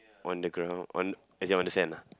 on the ground on as in on the sand ah